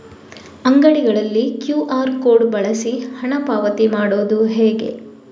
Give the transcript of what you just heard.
ಅಂಗಡಿಗಳಲ್ಲಿ QR code ಬಳಸಿ ಹಣ ಪಾವತಿ ಮಾಡೋದು ಹೇಗೆ?